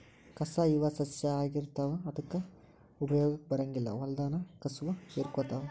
ಕಸಾ ಇವ ಸಸ್ಯಾ ಆಗಿರತಾವ ಆದರ ಉಪಯೋಗಕ್ಕ ಬರಂಗಿಲ್ಲಾ ಹೊಲದಾನ ಕಸುವ ಹೇರಕೊತಾವ